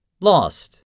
Lost